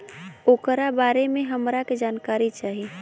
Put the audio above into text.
ओकरा बारे मे हमरा के जानकारी चाही?